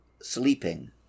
sleeping